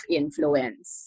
influence